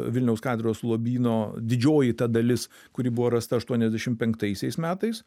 vilniaus katedros lobyno didžioji ta dalis kuri buvo rasta aštuoniasdešimt penktaisiais metais